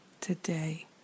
today